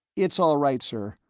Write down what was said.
it's all right, sir.